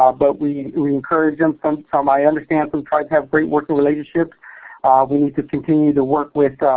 um but we we encourage them from so our and stance and try to have great working relationships. we need to continue to work with